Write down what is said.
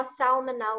salmonella